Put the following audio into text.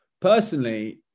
Personally